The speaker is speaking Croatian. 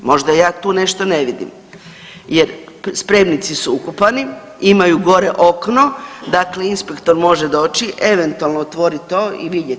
Možda ja tu nešto ne vidim jer spremnici su ukopani, imaju gore okno, dakle inspektor može doći eventualno otvoriti to i vidjet.